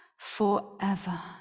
forever